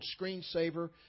screensaver